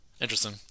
Interesting